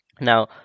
Now